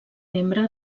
membre